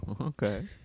Okay